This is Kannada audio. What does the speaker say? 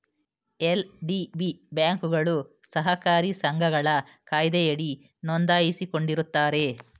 ಎಲ್.ಡಿ.ಬಿ ಬ್ಯಾಂಕ್ಗಳು ಸಹಕಾರಿ ಸಂಘಗಳ ಕಾಯ್ದೆಯಡಿ ನೊಂದಾಯಿಸಿಕೊಂಡಿರುತ್ತಾರೆ